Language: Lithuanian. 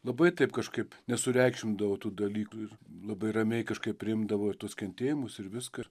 labai taip kažkaip nesureikšmindavo tų dalykų ir labai ramiai kažkaip priimdavo ir tuos kentėjimus ir viską